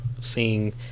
seeing